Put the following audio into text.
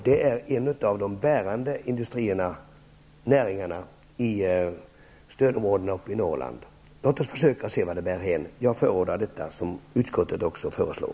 Det är en av de bärande näringarna i stödområden i Norrland. Låt oss försöka se vart detta bär hän. Jag förordar det som utskottet föreslår.